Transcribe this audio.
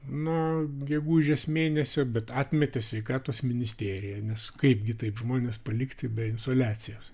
nuo gegužės mėnesio bet atmetė sveikatos ministerija nes kaipgi taip žmones palikti be insoliacijos